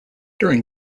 during